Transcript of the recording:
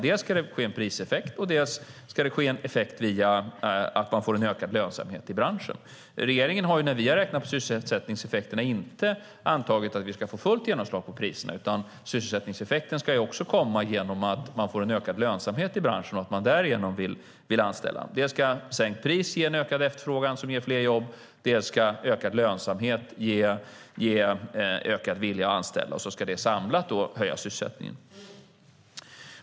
Dels ska det bli en priseffekt, dels ska det bli en effekt via att man får en ökad lönsamhet i branschen. När regeringen har räknat på sysselsättningseffekterna har vi inte antagit att vi ska få fullt genomslag på priserna, utan sysselsättningseffekten ska också komma genom att man får en ökad lönsamhet i branschen och att man därigenom vill anställa. Dels ska sänkt pris ge en ökad efterfrågan som ger fler jobb, dels ska ökad lönsamhet ge en ökad vilja att anställa, och så ska det samlat höja sysselsättningen.